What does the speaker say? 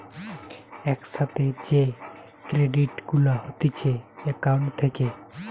এক সাথে যে ক্রেডিট গুলা হতিছে একাউন্ট থেকে